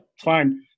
fine